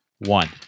one